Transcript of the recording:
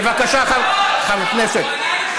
בבקשה, חבר הכנסת.